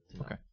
Okay